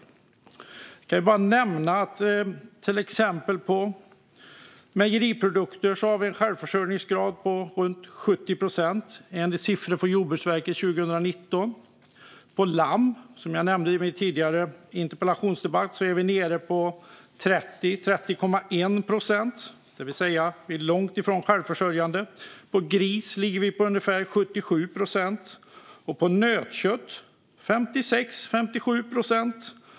Jag kan nämna att vi när det gäller till exempel mejeriprodukter har en självförsörjningsgrad runt 70 procent, enligt Jordbruksverkets siffror från 2019. När det gäller lamm, som jag nämnde i den tidigare interpellationsdebatten, är vi nere på 30,1 procent, det vill säga vi är långt ifrån självförsörjande. När det gäller gris ligger vi på ungefär 77 procent. När det gäller nötkött ligger vi på 56-57 procent.